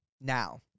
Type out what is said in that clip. Now